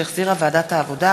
שהחזירה ועדת העבודה,